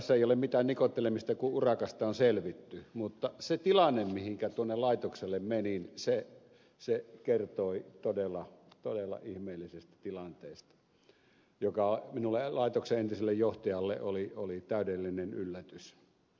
tässä ei ole mitään nikottelemista kun urakasta on selvitty mutta se tilanne mihinkä tuonne laitokselle menin kertoi todella ihmeellisestä tilanteesta joka minulle laitoksen entiselle johtajalle oli täydellinen yllätys